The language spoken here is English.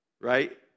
right